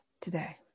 today